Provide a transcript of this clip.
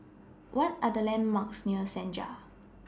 What Are The landmarks near Senja